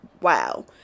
wow